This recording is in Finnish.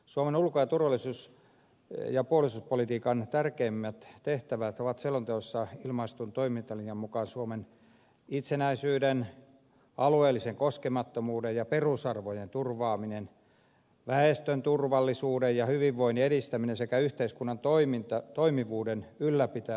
suomen ulko turvallisuus ja puolustuspolitiikan tärkeimmät tehtävät ovat selonteossa ilmaistun toimintalinjan mukaan suomen itsenäisyyden alueellisen koskemattomuuden ja perusarvojen turvaaminen väestön turvallisuuden ja hyvinvoinnin edistäminen sekä yhteiskunnan toimivuuden ylläpitäminen